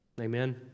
Amen